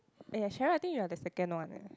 !aiya! Cheryl I think you're the second one eh